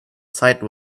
site